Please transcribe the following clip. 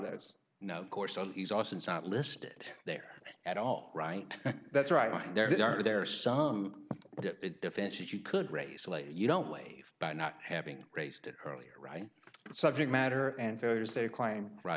those no course he's austin's not listed there at all right that's right there are there are some defenses you could raise later you don't wave but not having raised earlier right subject matter and third as they climb right